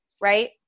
right